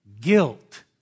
Guilt